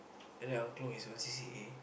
and then angklung is one C_C_A